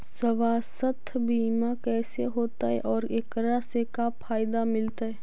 सवासथ बिमा कैसे होतै, और एकरा से का फायदा मिलतै?